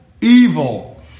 evil